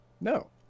No